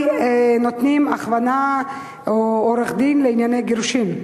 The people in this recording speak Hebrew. נותנים הכוונה או עורך-דין לענייני גירושין?